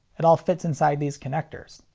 it all fits inside these connectors.